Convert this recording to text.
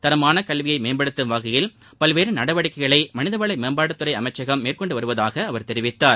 தரமான கல்வியை மேம்படுத்தும் வகையில் பல்வேறு நடவடிக்கைகளை மனித வள மேம்பாட்டுத் துறை அமைச்சகம் மேற்கொண்டு வருவதாக அவர் தெரிவித்தார்